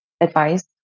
advice